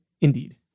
Indeed